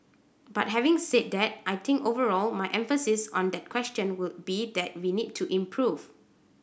but having said that I think overall my emphasis on that question would be that we need to improve